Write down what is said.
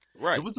Right